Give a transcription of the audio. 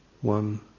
one